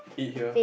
eat here